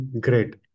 Great